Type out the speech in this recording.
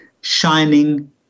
shining